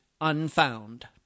Unfound